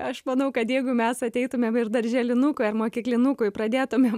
aš manau kad jeigu mes ateitumėm ir darželinukui ar mokyklinukui pradėtumėm